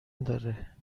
داره